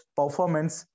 performance